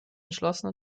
entschlossen